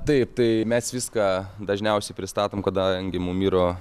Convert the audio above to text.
taip tai mes viską dažniausiai pristatom kadangi mum yra